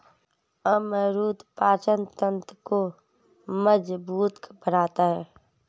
अमरूद पाचन तंत्र को मजबूत बनाता है